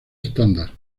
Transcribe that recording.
estándar